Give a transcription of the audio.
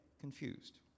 confused